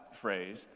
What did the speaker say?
phrase